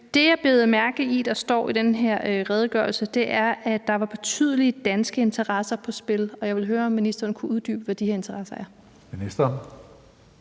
Det, jeg bider mærke i står i den her redegørelse, er, at der var betydelige danske interesser på spil, og jeg vil høre, om ministeren kunne uddybe, hvad de her interesser er. Kl.